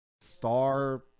star